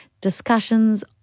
discussions